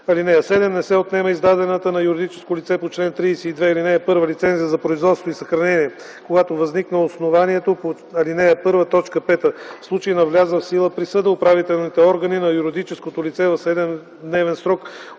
чл. 45. (7) Не се отнема издадената на юридическо лице по чл. 32, ал. 1 лицензия за производство и съхранение, когато възникне основанието по ал. 1, т. 5. В случай на влязла в сила присъда управителните органи на юридическото лице в 7-дневен срок